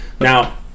Now